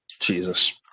Jesus